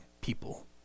people